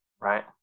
right